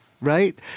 right